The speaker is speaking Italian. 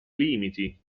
limiti